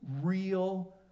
real